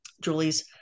Julie's